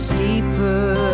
deeper